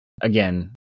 again